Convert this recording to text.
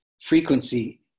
frequency